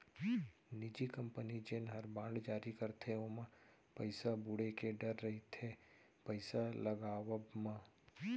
निजी कंपनी जेन हर बांड जारी करथे ओमा पइसा बुड़े के डर रइथे पइसा लगावब म